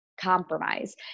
compromise